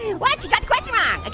what, you got the question wrong. like